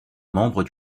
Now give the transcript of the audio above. membre